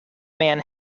men